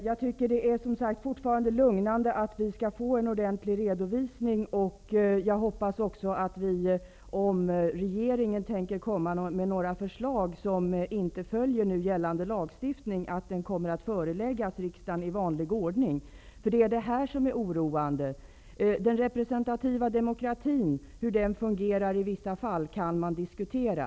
Fru talman! Jag tycker fortfarande att det är lugnande att vi skall få en ordentlig redovsining. Om regeringen tänker komma med några förslag som inte följer nu gällande lagstiftning, hoppas jag att de kommer att föreläggas riksdagen i vanlig ordning. Det är nämligen detta som är oroande. Hur den representativa demokratin fungerar i vissa fall kan man diskutera.